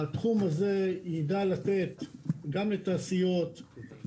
התחום הזה ידע לתת גם לתעשיות,